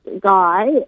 guy